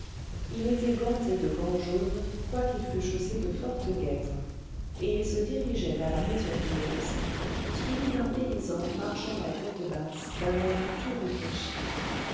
il était ganté de gants jaunes quoiqu'il fût chaussé de fortes guêtres et il se dirigeait vers la maison du médecin suivi d'un paysan marchant la tête basse d'un air tout réfléchi